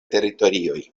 teritorioj